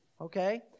Okay